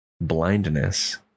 blindness